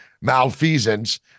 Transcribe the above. malfeasance